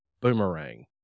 boomerang